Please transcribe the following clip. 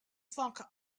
funked